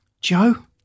Joe